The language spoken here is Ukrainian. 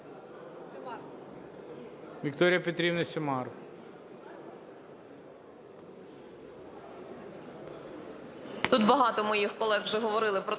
Тут багато моїх колег вже говорили про